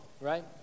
right